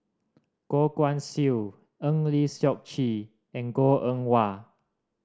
Goh Guan Siew Eng Lee Seok Chee and Goh Eng Wah